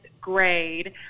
grade